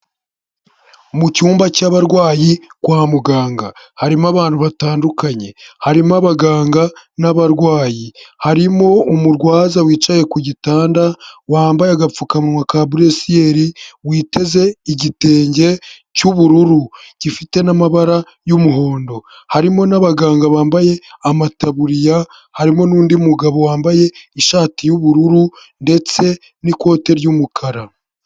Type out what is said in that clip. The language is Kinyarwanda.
Mu cyumba cy'abarwayi kwa muganga harimo abantu batandukanye harimo abaganga n'abarwayi harimo umurwaza wicaye ku gitanda wambaye agapfukamunwa ka buresiyeri witeze igitenge cy'ubururu gifite n'amabara y'umuhondo harimo n'abaganga bambaye amataburiya harimo n'undi mugabo wambaye ishati y'ubururu ndetse n'ikote ry'umukara.